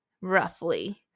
roughly